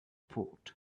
port